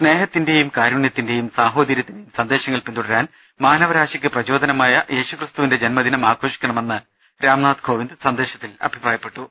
സ്നേഹത്തിന്റെയും കാരുണ്യത്തിന്റെയും സാഹോദര്യ ത്തിന്റെയും സന്ദേശങ്ങൾ പിന്തുടരാൻ മാനവരാശിക്ക് പ്രചോദനമായ യേശുക്രിസ്തുവിന്റെ ജന്മദിനം ആഘോ ഷിക്കണമെന്ന് രാംനാഥ് കോവിന്ദ് സന്ദേശത്തിൽ പറഞ്ഞു